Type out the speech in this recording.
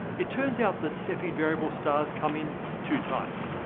it turns out that variable stars come in two types,